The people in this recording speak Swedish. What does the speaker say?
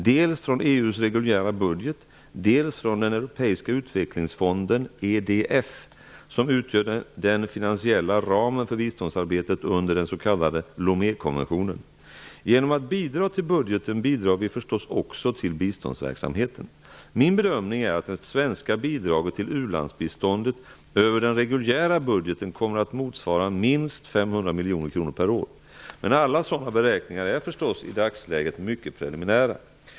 Dels från EU:s reguljära budget, dels från den Europeiska utvecklingsfonden, EDF, som utgör den finansiella ramen för biståndssamarbetet under den s.k. Lomékonventionen. Genom att bidra till budgeten bidrar vi förstås också till biståndsverksamheten. Min bedömning är att det svenska bidraget till ulandsbiståndet över den reguljära budgeten kommer att motsvara minst 500 miljoner kronor per år. Men alla sådana beräkningar är förstås i dagsläget mycket preliminära.